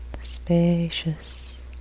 spacious